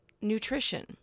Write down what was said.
nutrition